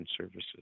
services